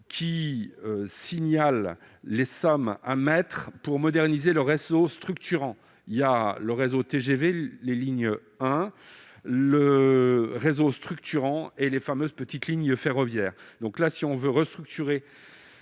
qui signale les sommes à engager pour moderniser le réseau structurant. Il y a le réseau TGV, les lignes 1, le réseau structurant et les fameuses petites lignes ferroviaires. Si l'on veut restructurer